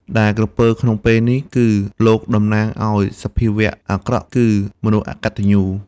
ដែលក្រពើ ក្នុងពេលនេះ គឺលោកតំណាងឲ្យសភាវៈអាក្រក់ គឺមនុស្សអកត្តញ្ញូ ។